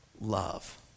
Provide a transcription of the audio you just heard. love